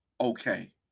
okay